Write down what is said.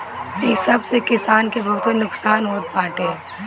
इ सब से किसान के बहुते नुकसान होत बाटे